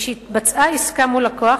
משהתבצעה עסקה מול לקוח,